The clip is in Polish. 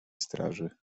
straży